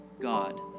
God